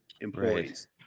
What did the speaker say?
employees